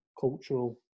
cultural